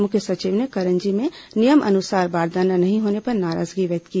मुख्य सचिव ने करंजी में नियम अनुसार बारदाना नहीं होने पर नाराजगी व्यक्त की